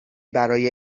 برای